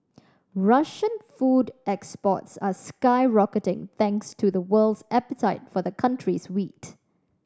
Russian food exports are skyrocketing thanks to the world's appetite for the country's wheat